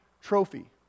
Trophy